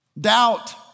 doubt